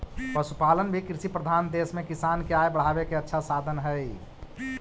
पशुपालन भी कृषिप्रधान देश में किसान के आय बढ़ावे के अच्छा साधन हइ